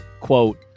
quote